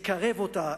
לקרב אותה,